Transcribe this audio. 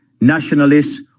Nationalists